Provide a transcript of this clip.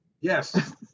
Yes